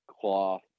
cloth